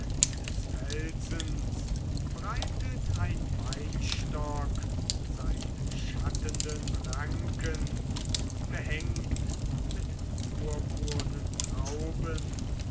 des felsens breitet ein weinstock seine schattenden ranken behängt mit purpurnen trauben